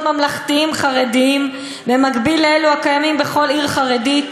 ממלכתיים חרדיים במקביל לאלו הקיימים בכל עיר חרדית,